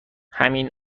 همین